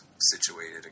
situated